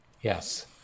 yes